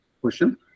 question